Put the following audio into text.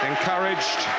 Encouraged